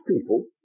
people